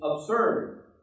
absurd